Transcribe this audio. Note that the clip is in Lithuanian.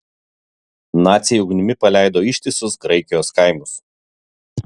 naciai ugnimi paleido ištisus graikijos kaimus